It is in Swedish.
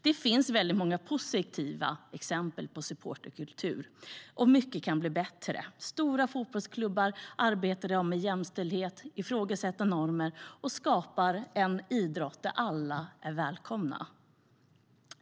Det finns många positiva exempel på supporterkultur, och mycket kan bli bättre. Stora fotbollsklubbar arbetar i dag med jämställdhet, ifrågasätter normer och skapar en idrott där alla är välkomna.